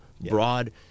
broad